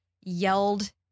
yelled